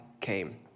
came